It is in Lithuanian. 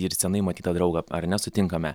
ir senai matytą draugą ar ne sutinkame